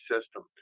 system